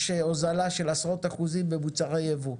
הוזלה של עשרות אחוזים במוצרי יבוא.